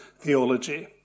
theology